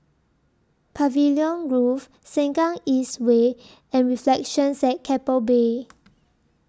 Pavilion Grove Sengkang East Way and Reflections At Keppel Bay